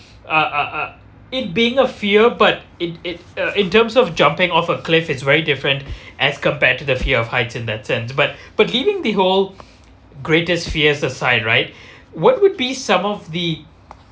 ah ah ah it being a fear but it it uh in terms of jumping off a cliff it's very different as compared to the fear of heights in that sense but but leaving the whole greatest fears aside right what would be some of the